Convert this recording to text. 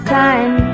time